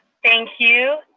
thank you.